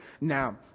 Now